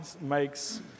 makes